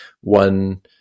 one